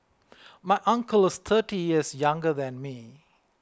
my uncle is thirty years younger than me